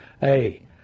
Hey